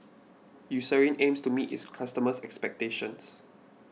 Eucerin aims to meet its customers' expectations